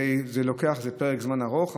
זה לוקח פרק זמן ארוך,